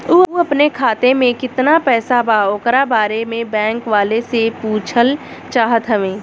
उ अपने खाते में कितना पैसा बा ओकरा बारे में बैंक वालें से पुछल चाहत हवे?